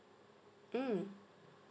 mm